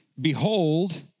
behold